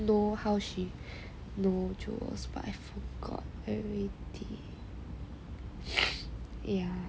no how she no jewels how is she ya